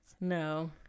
no